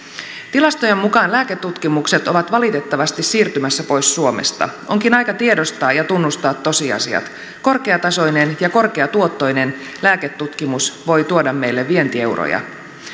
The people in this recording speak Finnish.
tilastojen mukaan lääketutkimukset ovat valitettavasti siirtymässä pois suomesta onkin aika tiedostaa ja tunnustaa tosiasiat korkeatasoinen ja korkeatuottoinen lääketutkimus voi tuoda meille vientieuroja